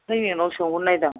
ओंखायनो नोंनाव सोंहरनायदां